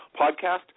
podcast